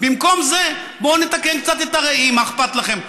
במקום זה, בואו נתקן קצת את הראי, מה אכפת לכם?